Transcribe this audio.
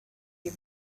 and